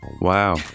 Wow